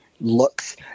looks